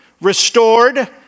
restored